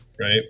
Right